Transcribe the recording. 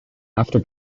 after